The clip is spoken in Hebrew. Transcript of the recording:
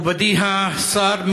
מכובדי השר,